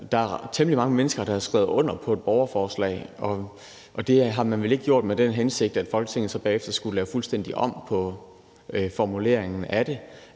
der er temmelig mange mennesker, der har skrevet under på et borgerforslag, og at man vel ikke har gjort det med den hensigt, at Folketinget så bagefter skulle lave fuldstændig om på formuleringen af det.